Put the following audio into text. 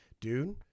dude